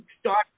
start